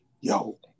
yo